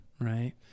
Right